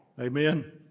amen